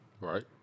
Right